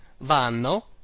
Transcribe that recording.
vanno